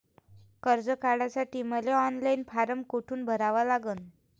कर्ज काढासाठी मले ऑनलाईन फारम कोठून भरावा लागन?